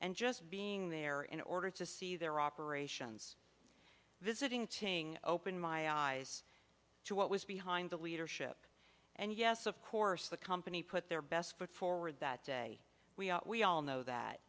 and just being there in order to see their operations visiting ting open my eyes to what was behind the leadership and yes of course the company put their best foot forward that day we all know that